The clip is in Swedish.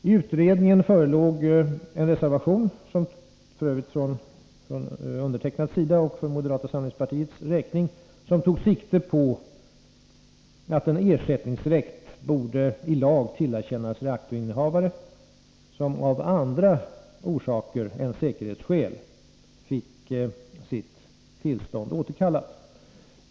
I utredningen förelåg en reservation från mig för moderata samlingspartiets räkning som tog sikte på att en ersättningsrätt i lag borde tillerkännas reaktorinnehavare som av andra orsaker än säkerhetsskäl fick sitt tillstånd återkallat.